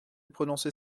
prononcer